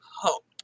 hope